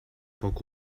poc